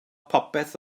popeth